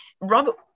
Robert